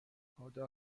خدا